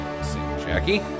Jackie